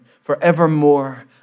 forevermore